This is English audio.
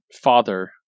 father